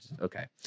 okay